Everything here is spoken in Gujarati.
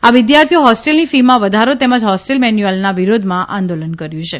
આ વિદ્યાર્થીઓ હોસ્ટેલની ફીમાં વધારો તેમજ હોસ્ટેલ મેન્યુઅલના વિરોધમાં આંદોલન કર્યું હતું